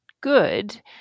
good